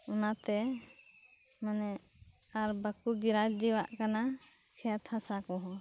ᱚᱱᱟᱛᱮ ᱢᱟᱱᱮ ᱟᱨ ᱵᱟᱠᱚ ᱜᱚᱨᱚᱡᱟᱟᱜ ᱠᱟᱱᱟ ᱠᱷᱮᱛ ᱦᱟᱥᱟ ᱠᱚᱦᱚᱸ